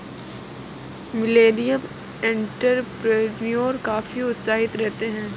millennial entrepreneur काफी उत्साहित रहते हैं